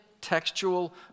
textual